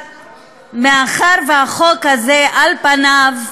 מאחר שהחוק הזה, על פניו,